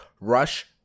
rush